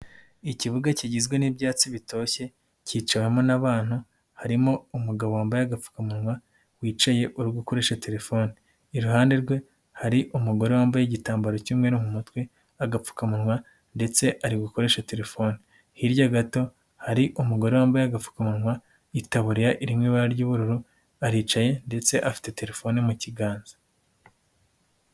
Ikibuga kigizwe n'ibyatsi bitoshye kiciwemo n'abantu harimo umugabo wambaye agapfukamunwa wicaye uri gukoreshe telefone, iruhande rwe hari umugore wambaye igitambaro cy'umweru mu mutwe, agapfukamunwa ndetse ari no gukoresha telefone, hirya gato hari umugore wambaye agapfukamunwa n'itaburira iri mu ibara ry'ubururu aricaye ndetse afite telefone mu kiganza.